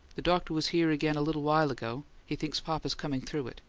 the doctor was here again a little while ago he thinks papa's coming through it.